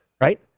right